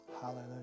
Hallelujah